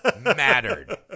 mattered